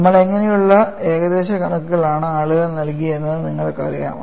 നമ്മൾ എങ്ങനെയുള്ള ഏകദേശ കണക്കുകളാണ് ആളുകൾ നടത്തിയതെന്ന് നിങ്ങൾക്കറിയാം